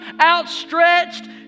outstretched